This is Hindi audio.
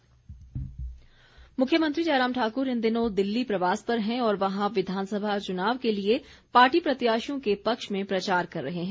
मुख्यमंत्री मुख्यमंत्री जयराम ठाकुर इन दिनों दिल्ली प्रवास पर हैं और वहां विधानसभा चुनाव के लिए पार्टी प्रत्याशियों के पक्ष में प्रचार कर रहे हैं